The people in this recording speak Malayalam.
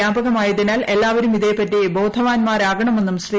വ്യാപകമായതിനാൽ എല്ലാവരും ഇതേപ്പറ്റി ബോധവാൻമാരാകണമെന്നും ശ്രീ